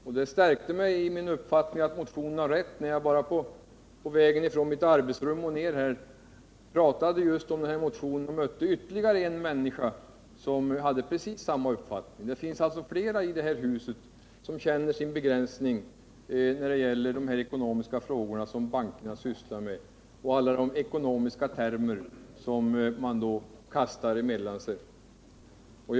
Och det stärkte mig i min uppfattning att motionen har rätt, när jag på vägen från mitt arbetsrum ned till kammaren mötte ytterligare en person som har precis samma uppfattning. Det finns alltså flera i det här huset som känner sin begränsning när det gäller de ekonomiska frågor som bankerna sysslar med och alla de ekonomiska termer som styrelseledamöterna kastar emellan sig på sammanträdena.